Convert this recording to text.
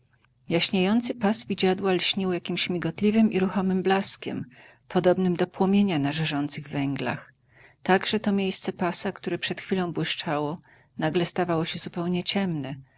pas widziadła lśnił jakimś migotliwym i ruchomym blaskiem podobnym do płomienia na żarzących węglach tak że to miejsce pasa które przed chwilą błyszczało nagle stawało się zupełnie ciemne